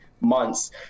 months